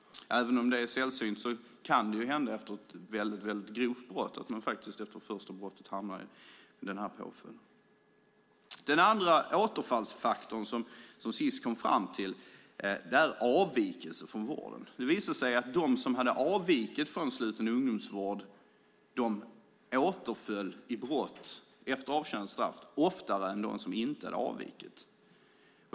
Även om det är sällsynt kan det ju efter ett mycket grovt brott hända att man faktiskt hamnar i den påföljden. Den andra återfallsfaktor som Sis kom fram till är avvikelse från vården. Det visade sig att de som hade avvikit från sluten ungdomsvård återföll i brott efter avtjänat straff oftare än de som inte hade avvikit.